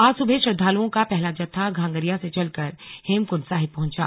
आज सुबह श्रद्दालुओं का पहला जत्था घांघरिया से चलकर हेमकुंड साहिब पहुंचा